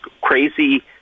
crazy